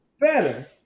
better